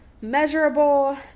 Measurable